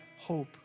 hope